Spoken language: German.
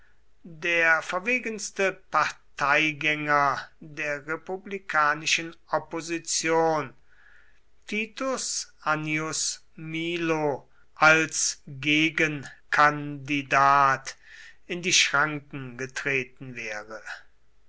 der verwegenste parteigänger der republikanischen opposition titus annius milo als gegenkandidat in die schranken getreten wäre